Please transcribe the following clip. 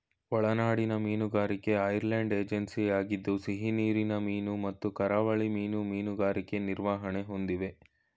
ಒಳನಾಡಿನ ಮೀನುಗಾರಿಕೆ ಐರ್ಲೆಂಡ್ ಏಜೆನ್ಸಿಯಾಗಿದ್ದು ಸಿಹಿನೀರಿನ ಮೀನು ಮತ್ತು ಕರಾವಳಿ ಮೀನು ಮೀನುಗಾರಿಕೆ ನಿರ್ವಹಣೆ ಹೊಂದಿವೆ